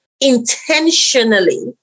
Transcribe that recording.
intentionally